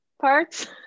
parts